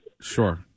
Sure